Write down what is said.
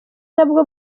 nabwo